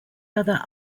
other